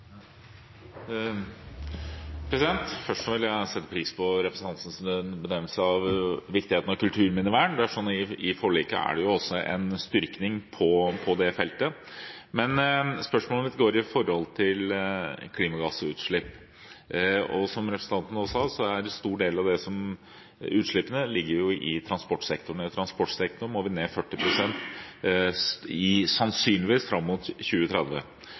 Først vil jeg si at jeg setter pris på representantens benevnelse av viktigheten av kulturminnevern. I forliket er det også en styrking på det feltet. Men spørsmålet mitt gjelder klimagassutslipp. Som representanten også sa, ligger en stor del av utslippene i transportsektoren. I transportsektoren må vi sannsynligvis ned 40 pst. fram mot 2030. Senterpartiet har i denne budsjettdebatten brukt mye av sine krefter på å slåss mot